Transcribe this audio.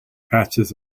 patches